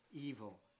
evil